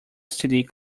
std